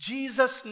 Jesus